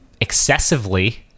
excessively